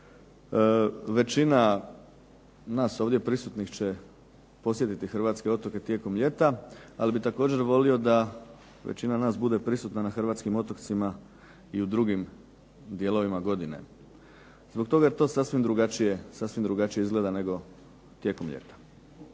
Većina ovdje nas prisutnih će posjetiti hrvatske otoke tijekom ljeta. Ali bih također volio da većina nas bude prisutna na hrvatskim otocima i u drugim dijelovima godine. Zbog toga je to sasvim drugačije izgleda nego tijekom ljeta.